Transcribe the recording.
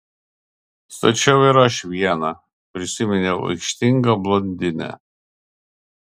stačiau ir aš vieną prisiminiau aikštingą blondinę